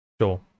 Sure